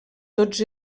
tots